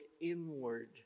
inward